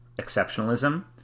exceptionalism